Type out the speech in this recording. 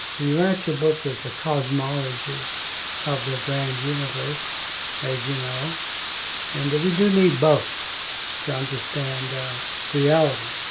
the urantia book is a cosmology of the grand universe as you know and we do need both to understand reality.